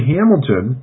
Hamilton